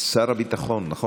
שר הביטחון, נכון?